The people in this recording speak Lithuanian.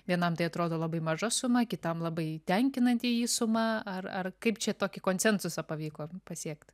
vienam tai atrodo labai maža suma kitam labai tenkinanti jį suma ar ar kaip čia tokį konsensusą pavyko pasiekt